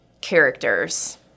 characters